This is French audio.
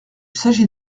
s’agit